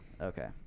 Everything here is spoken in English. Okay